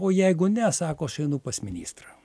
o jeigu ne sako aš einu pas ministrą